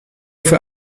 für